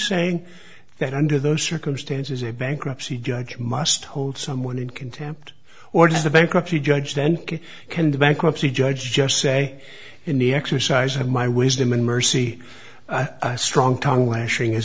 saying that under those circumstances a bankruptcy judge must hold someone in contempt or does the bankruptcy judge then can the bankruptcy judge just say in the exercise of my wisdom and mercy a strong tongue lashing is